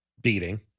beating